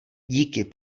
díky